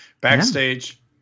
Backstage